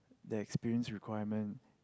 there experience requirement